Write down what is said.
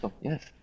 yes